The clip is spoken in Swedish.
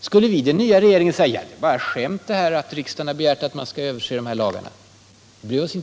Skulle den nya regeringen säga att det bara är ett skämt att riksdagen har begärt att man skall se över de här lagarna?